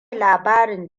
labarin